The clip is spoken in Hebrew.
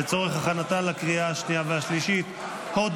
אני קובע כי בקשת הממשלה להחיל דין רציפות על